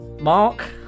Mark